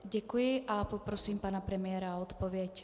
Děkuji a poprosím pana premiéra o odpověď.